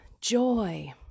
joy